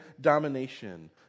domination